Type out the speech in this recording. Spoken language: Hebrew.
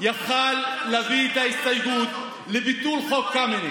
היה יכול להביא את ההסתייגות לביטול חוק קמיניץ.